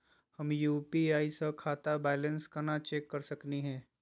हम यू.पी.आई स खाता बैलेंस कना चेक कर सकनी हे?